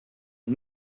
and